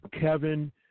Kevin –